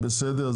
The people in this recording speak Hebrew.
בסדר.